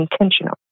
intentional